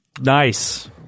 Nice